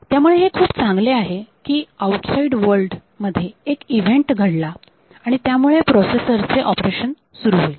त्यामुळे हे खूप चांगले आहे कि आऊटसाईड वर्ल्ड मध्ये एक इव्हेंट घडला आणि त्यामुळे प्रोसेसर चे ऑपरेशन सुरू होईल